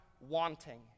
wanting